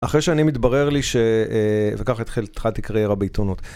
אחרי שאני מתברר לי ש... וכך התחלתי קרירה בעיתונות.